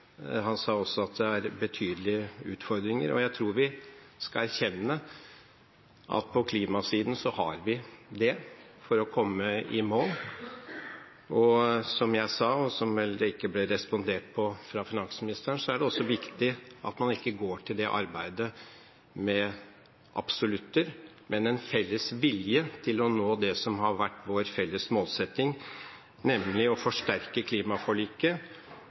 Han sa også at det er betydelige utfordringer. Jeg tror vi skal erkjenne at på klimasiden har vi det, for å komme i mål. Som jeg sa, og som det vel ikke ble respondert på fra finansministeren, er det også viktig at man ikke går til det arbeidet med absolutter, men med en felles vilje til å nå det som har vært vår felles målsetting, nemlig å forsterke klimaforliket,